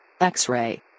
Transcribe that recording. X-ray